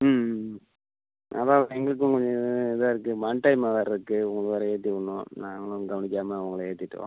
ம் ம் அதுதான் எங்களுக்கும் கொஞ்சம் இதாக இருக்குது இப்போ அன்டைம்மாக வேறு இருக்குது உங்களை வேறு ஏற்றி விட்ணும் நாங்களும் கவனிக்காமல் உங்களை ஏற்றிட்டோம்